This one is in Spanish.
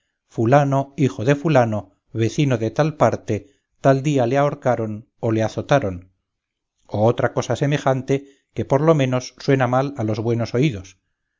fulano hijo de fulano vecino de tal parte tal día le ahorcaron o le azotaron o otra cosa semejante que por lo menos suena mal a los buenos oídos